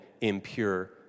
impure